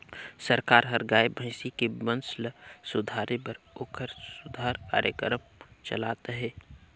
सरकार हर गाय, भइसी के बंस ल सुधारे बर ओखर सुधार कार्यकरम चलात अहे